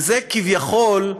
וזה כביכול,